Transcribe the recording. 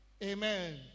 Amen